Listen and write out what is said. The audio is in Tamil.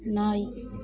நாய்